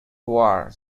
war